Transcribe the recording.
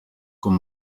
con